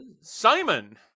Simon